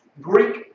Greek